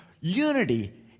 Unity